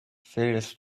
fails